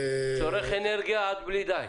-- צורך אנרגיה עד בלי די.